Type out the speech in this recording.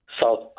South